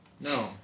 No